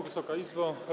Wysoka Izbo!